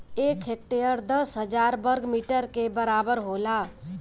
एक हेक्टेयर दस हजार वर्ग मीटर के बराबर होला